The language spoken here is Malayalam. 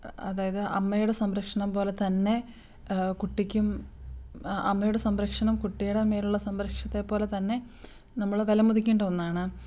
അതായത് അമ്മയുടെ സംരക്ഷണം പോലെ തന്നെ കുട്ടിക്കും അമ്മയുടെ സംരക്ഷണം കുട്ടിയുടെ മേലുള്ള സംരക്ഷണത്തെ പോലെ തന്നെ നമ്മൾ വിലമതിക്കേണ്ട ഒന്നാണ്